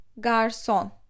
garson